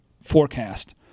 forecast